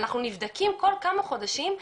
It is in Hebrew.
אנחנו נבדקים כל כמה חודשים.